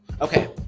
Okay